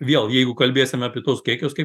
vėl jeigu kalbėsim apie tuos kiekius kaip